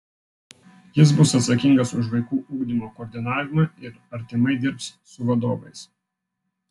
jis bus atsakingas už vaikų ugdymo koordinavimą ir artimai dirbs su vadovais